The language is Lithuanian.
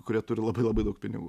kurie turi labai labai daug pinigų